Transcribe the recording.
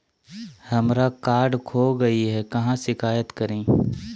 हमरा कार्ड खो गई है, कहाँ शिकायत करी?